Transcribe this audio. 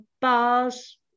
bars